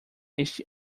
este